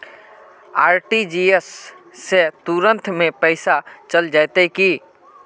RTGS से तुरंत में पैसा चल जयते की?